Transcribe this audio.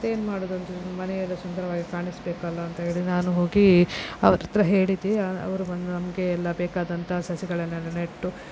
ಮತ್ತೆ ಏನು ಮಾಡೋದು ಅಂತ ಮನೆ ಎಲ್ಲ ಸುಂದರವಾಗಿ ಕಾಣಿಸಬೇಕಲ್ವ ಅಂತ ಹೇಳಿ ನಾನು ಹೋಗಿ ಅವರ ಹತ್ತಿರ ಹೇಳಿದೆ ಅವರು ಬಂದು ನಮಗೆ ಎಲ್ಲ ಬೇಕಾದಂತಹ ಸಸಿಗಳನ್ನೆಲ್ಲ ನೆಟ್ಟು